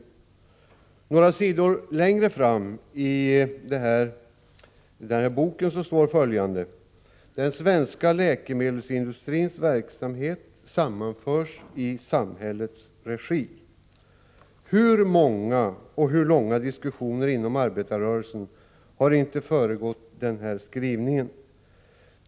Några sidor längre fram i denna programskrift står följande: ”Den svenska läkemedelsindustrins verksamhet sammanförs i samhällets regi.” Hur många och långa diskussioner inom arbetarrörelsen har inte föregått denna skrivning!